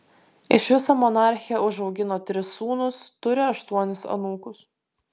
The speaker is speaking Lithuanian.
iš viso monarchė užaugino tris sūnus turi aštuonis anūkus